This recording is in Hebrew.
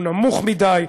נמוך מדי,